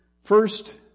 First